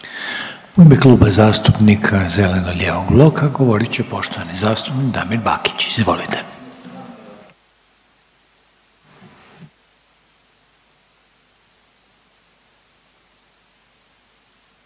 ime Kluba zastupnika zeleno-lijevog bloka govoriti poštovana zastupnica Sandra Benčić, izvolite.